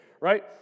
right